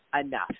enough